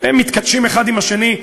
הם מתכתשים האחד עם השני,